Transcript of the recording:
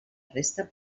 resta